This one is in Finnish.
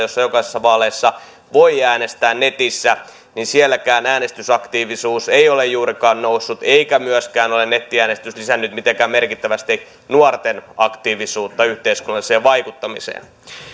jossa jokaisissa vaaleissa voi äänestää netissä niin sielläkään äänestysaktiivisuus ei ole juurikaan noussut eikä nettiäänestys myöskään ole lisännyt mitenkään merkittävästi nuorten aktiivisuutta yhteiskunnalliseen vaikuttamiseen